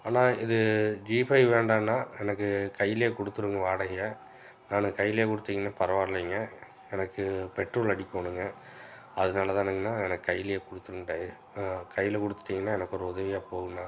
அண்ணா இது ஜீஃபை வேண்டாண்ணா எனக்கு கையில் கொடுத்துருங்க வாடகையை நான் கையில் கொடுத்தீங்கனா பரவாயில்லைங்க எனக்கு பெட்ரோல் அடிக்கணுங்க அதனாலதானங்கண்ணா எனக்கு கையில் கொடுத்துருங்க கையில் கொடுத்துட்டீங்கனா எனக்கு ஒரு உதவியாக போகுதுண்ணா